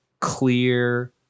clear